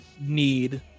need